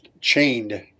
chained